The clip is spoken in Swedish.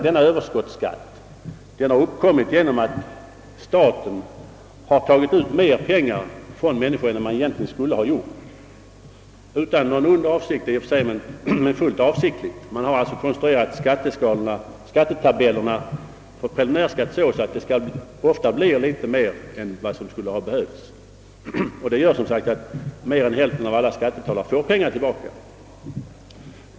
Denna överskottsskatt har uppkommit genom att staten tagit ut mera pengar från människor än man borde ha gjort — utan någon ond avsikt, men fullt medvetet. Man har konstruerat skattetabellerna för preliminärskatt så att uttaget ofta blir något större än som behövs. Det gör som sagt att mer än hälften av alla skattebetalare får pengar tillbaka.